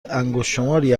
انگشتشماری